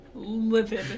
livid